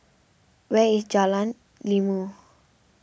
where is Jalan Ilmu